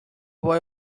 boy